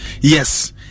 Yes